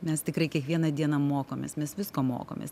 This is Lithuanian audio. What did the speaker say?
mes tikrai kiekvieną dieną mokomės mes visko mokomės